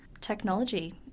technology